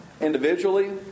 individually